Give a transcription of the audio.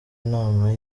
inama